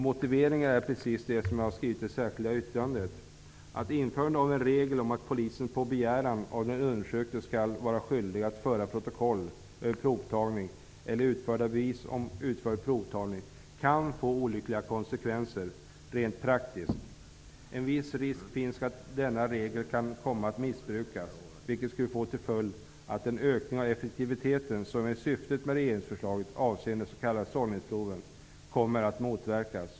Motiveringen är precis den som jag har skrivit i mitt särskilda yttrande, nämligen: ''Införandet av en regel om att polisen på begäran av den undersökte skall vara skyldig att föra protokoll över provtagning eller utfärda bevis om utförd provtagning kan få olyckliga konsekvenser rent praktiskt. En viss risk finns att denna regel kan komma att missbrukas, vilket skulle få till följd att den ökning av effektiviteten som är syftet med regeringsförslaget avseende de s.k. sållningsproven kommer att motverkas.